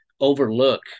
overlook